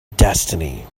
destiny